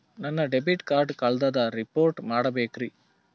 ನನ್ನ debit card ಕಳ್ದದ report ಮಾಡಬೇಕ್ರಿ